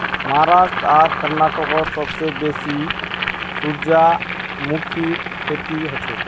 महाराष्ट्र आर कर्नाटकत सबसे बेसी सूरजमुखीर खेती हछेक